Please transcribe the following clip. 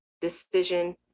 decision